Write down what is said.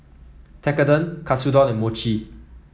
Tekkadon Katsudon and Mochi